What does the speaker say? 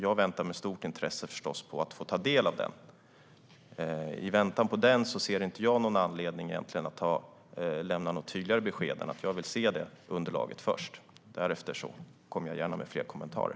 Jag väntar med stort intresse på att få ta del av den. I väntan på den ser jag egentligen inte någon anledning att lämna något tydligare besked än att jag vill se det underlaget först. Därefter kommer jag gärna med fler kommentarer.